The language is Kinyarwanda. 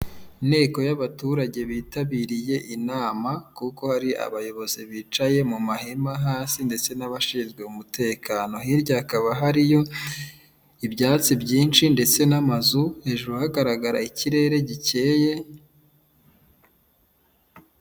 Inteko y'abaturage bitabiriye inama kuko hari abayobozi bicaye mu mahema hasi ndetse n'abashinzwe umutekano, hirya hakaba hariyo ibyatsi byinshi ndetse n'amazu hejuru hagaragara ikirere gikeye.